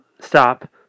stop